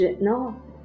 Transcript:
¿No